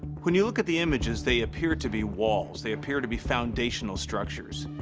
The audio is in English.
when you look at the images, they appear to be walls. they appear to be foundational structures.